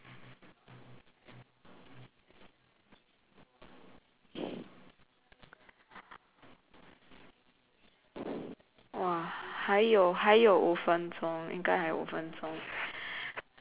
还有还有五分钟应该还五分钟